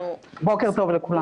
בוקר טוב לכולם.